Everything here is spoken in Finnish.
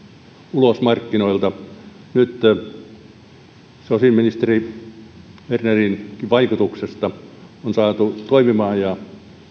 ulos markkinoilta nyt se on ministeri bernerin vaikutuksesta saatu toimimaan ja